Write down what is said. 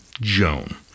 Joan